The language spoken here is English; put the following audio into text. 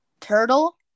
Turtle